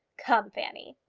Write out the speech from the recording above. come, fanny.